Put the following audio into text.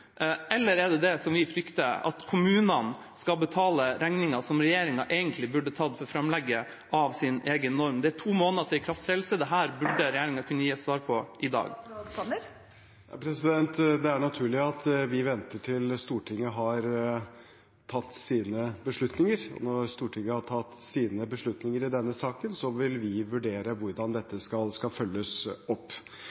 Eller er det som vi frykter, at kommunene skal betale regningen for framlegget av egen norm, som regjeringa egentlig burde tatt? Det er to måneder til ikrafttredelse – dette burde regjeringa gi et svar på i dag. Det er naturlig at vi venter til Stortinget har tatt sine beslutninger. Når Stortinget har tatt sine beslutninger i denne saken, vil vi vurdere hvordan dette